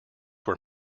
were